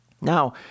Now